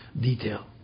detail